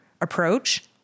approach